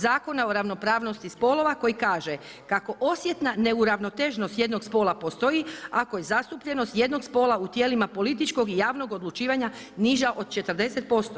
Zakona o ravnopravnosti spolova koji kaže kako osjetna neuravnoteženost jednog spola postoji, ako je zastupljenost jednog spola u tijelima političkog i javnog odlučivanja niža od 40%